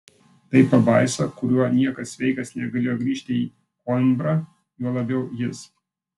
tai pabaisa kuriuo niekas sveikas negalėjo grįžti į koimbrą juo labiau jis